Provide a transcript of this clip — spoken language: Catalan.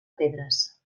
pedres